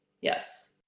Yes